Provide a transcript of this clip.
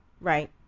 Right